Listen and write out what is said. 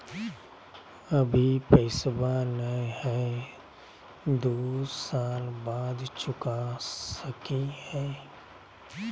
अभि पैसबा नय हय, दू साल बाद चुका सकी हय?